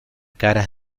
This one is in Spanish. caras